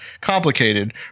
complicated